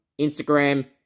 instagram